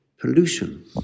pollution